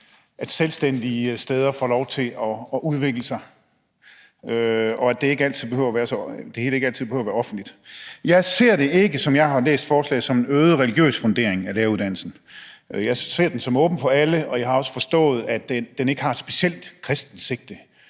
at selvstændige steder får lov til at udvikle sig, og at det hele ikke altid behøver at være offentligt. Jeg ser det ikke, som jeg har læst forslaget, som en øget religiøs fundering af læreruddannelsen. Jeg ser den som åben for alle, og jeg har også forstået, at den ikke har et specielt kristent sigte